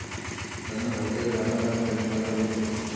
ನನ್ನ ಹೋಟೆಲ್ ವ್ಯಾಪಾರಕ್ಕಾಗಿ ಸಾಲ ಬೇಕು